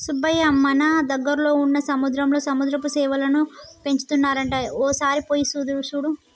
సుబ్బయ్య మన దగ్గరలో వున్న సముద్రంలో సముద్రపు సేపలను పెంచుతున్నారంట ఒక సారి పోయి సూడు